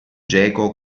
geco